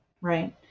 Right